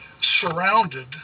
surrounded